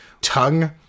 tongue